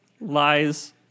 lies